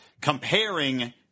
comparing